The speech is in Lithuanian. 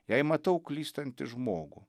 jei matau klystantį žmogų